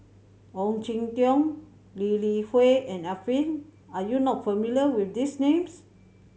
Ong Jin Teong Lee Li Hui and Arifin are you not familiar with these names